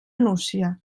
nucia